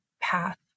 path